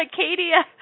Acadia